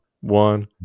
one